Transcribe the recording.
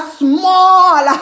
small